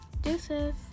Deuces